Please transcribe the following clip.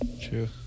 True